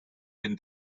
been